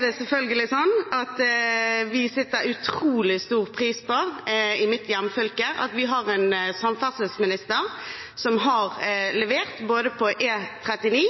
Det er selvfølgelig sånn at vi i mitt hjemfylke setter utrolig stor pris på at vi har en samferdselsminister som har levert på E39,